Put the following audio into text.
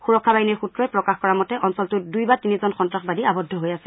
সুৰক্ষা বাহিনীৰ সূত্ৰই প্ৰকাশ কৰা মতে অঞ্চলটোত দুই বা তিনিজন সন্ত্ৰাসবাদী আবদ্ধ হৈ আছে